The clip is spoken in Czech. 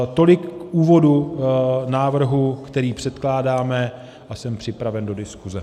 Tolik k úvodu návrhu, který předkládáme, a jsem připraven do diskuse.